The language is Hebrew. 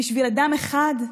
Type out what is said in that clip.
בשביל אדם אחד?